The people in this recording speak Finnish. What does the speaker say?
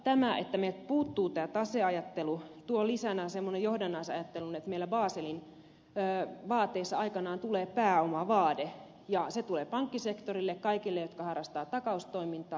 tämä että meiltä puuttuu taseajattelu tuo lisänään semmoisen johdannaisajattelun että meillä baselin vaateissa aikanaan tulee pääomavaade ja se tulee pankkisektorille kaikille jotka harrastavat takaustoimintaa